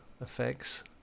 effects